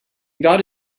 got